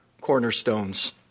cornerstones